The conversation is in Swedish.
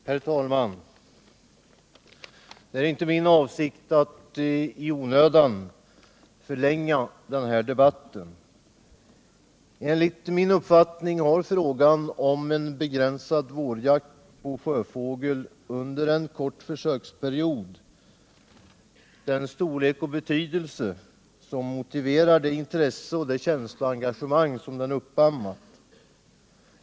Herr talman! Det är inte min avsikt att i onödan förlänga denna debatt. Enligt min uppfattning har inte frågan om en begränsad vårjakt på sjöfågel under en kort försöksperiod sådan storlek och betydelse att den motiverar det intresse och känsloengagemang som den har uppammat.